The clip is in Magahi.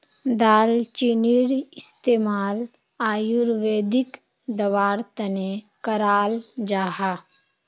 दालचीनीर इस्तेमाल आयुर्वेदिक दवार तने कराल जाहा